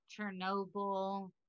Chernobyl